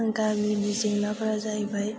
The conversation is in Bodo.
गामिनि जेंनाफोरा जाहैबाय